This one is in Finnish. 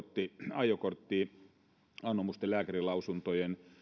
ajokorttianomusten lääkärinlausuntojen